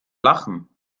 lachen